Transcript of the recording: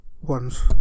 ones